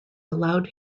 allowed